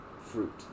fruit